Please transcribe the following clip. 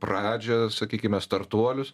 pradžią sakykime startuolius